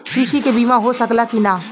कृषि के बिमा हो सकला की ना?